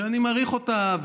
שאני מעריך אותה,